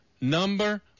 number